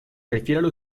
refiere